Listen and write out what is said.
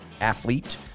athlete